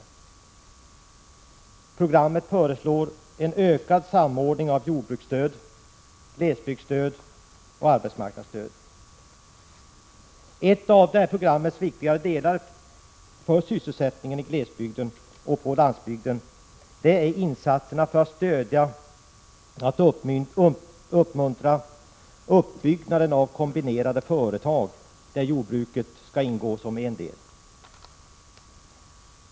I programmet föreslås en ökad samordning av jordbruksstöd, glesbygdsstöd och arbetsmarknadsstöd. En av programmets viktigare delar för sysselsättningen i glesbyden och på landsbygden är insatserna för att stödja och uppmuntra uppbyggnaden av kombinerade företag där jordbruket skall ingå som en del.